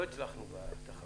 לא הצלחנו בתחרות.